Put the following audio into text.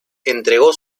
entregó